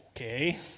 okay